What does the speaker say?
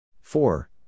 Four